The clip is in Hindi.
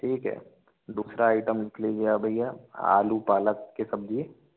ठीक है दूसरा आइटम लिख लीजिए आप भैया आलू पालक की सब्ज़ी